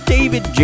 David